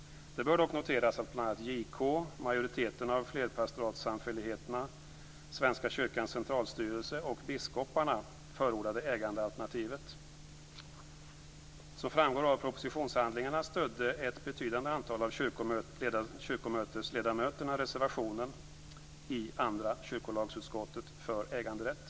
Det bör dock noteras att bl.a. Svenska kyrkans centralstyrelse och biskoparna förordade ägandealternativet. Som framgår av propositionshandlingarna stödde ett betydande antal av kyrkomötesledamöterna reservationen i andra kyrkolagsutskottet för äganderätt.